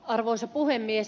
arvoisa puhemies